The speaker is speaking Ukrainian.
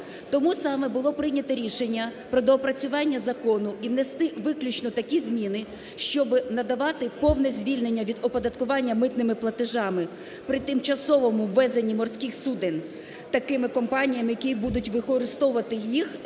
Тому саме було прийнято рішення про доопрацювання закону і внести виключно такі зміни, щоби надавати повне звільнення від оподаткування митними платежами при тимчасовому ввезенні морських суден такими компаніями, які будуть використовувати їх